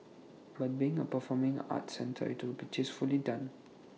but being A performing arts centre IT will be tastefully done